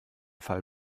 fall